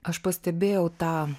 aš pastebėjau tą